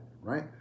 right